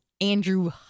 Andrew